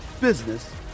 business